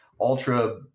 ultra